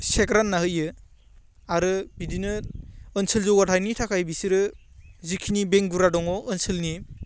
सेक रान्ना होयो आरो बिदिनो ओनसोल जौगाथाइनि थाखाय बिसोरो जिखिनि बेंगुरा दङ ओनसोलनि